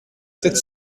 sept